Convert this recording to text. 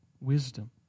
wisdom